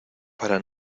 para